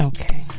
Okay